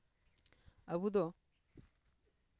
ᱟᱵᱚ ᱫᱚ